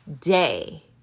day